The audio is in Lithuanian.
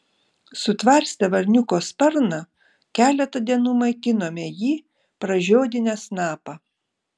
sutvarstę varniuko sparną keletą dienų maitinome jį pražiodinę snapą